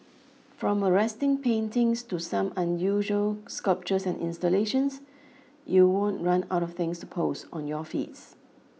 from arresting paintings to some unusual sculptures and installations you won't run out of things to post on your feeds